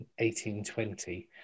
1820